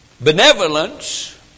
Benevolence